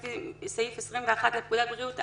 לפי סעיף 21 לפקודת בריאות העם,